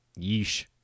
Yeesh